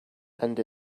and